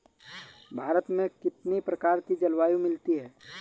भारत में कितनी प्रकार की जलवायु मिलती है?